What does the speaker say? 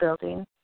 building